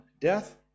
death